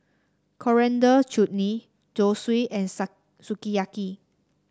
Coriander Chutney Zosui and Sukiyaki